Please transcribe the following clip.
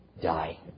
die